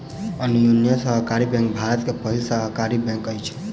अन्योन्या सहकारी बैंक भारत के पहिल सहकारी बैंक अछि